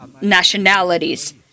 nationalities